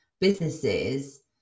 businesses